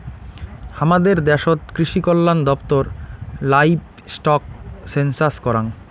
হামাদের দ্যাশোত কৃষিকল্যান দপ্তর লাইভস্টক সেনসাস করাং